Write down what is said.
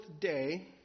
day